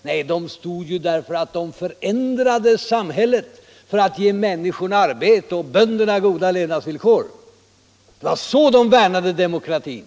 Nej, de stod där därför att de förändrade samhället för att ge människorna arbete och bönderna goda levnadsvillkor. Det var så de värnade om demokratin.